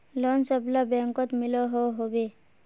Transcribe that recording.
Loan सबला बैंकोत मिलोहो होबे?